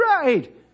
right